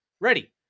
Ready